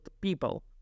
people